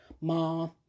mom